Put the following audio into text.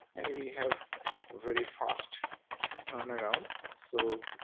and we have very fast turnaround. so